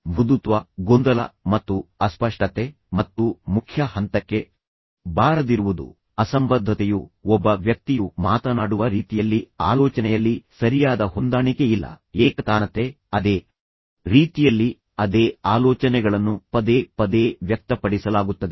ಮೃದುತ್ವ ಗೊಂದಲ ಮತ್ತು ಅಸ್ಪಷ್ಟತೆ ಮತ್ತು ಮುಖ್ಯ ಹಂತಕ್ಕೆ ಬಾರದಿರುವುದು ಅಸಂಬದ್ಧತೆಯು ಒಬ್ಬ ವ್ಯಕ್ತಿಯು ಮಾತನಾಡುವ ರೀತಿಯಲ್ಲಿ ಆಲೋಚನೆಯಲ್ಲಿ ಸರಿಯಾದ ಹೊಂದಾಣಿಕೆಯಿಲ್ಲ ಏಕತಾನತೆ ಅದೇ ರೀತಿಯಲ್ಲಿ ಅದೇ ಆಲೋಚನೆಗಳನ್ನು ಪದೇ ಪದೇ ವ್ಯಕ್ತಪಡಿಸಲಾಗುತ್ತದೆ